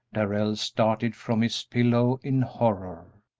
darrell started from his pillow in horror,